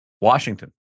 Washington